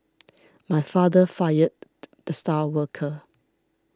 my father fired the star worker